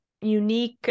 unique